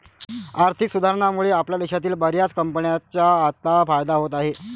आर्थिक सुधारणांमुळे आपल्या देशातील बर्याच कंपन्यांना आता फायदा होत आहे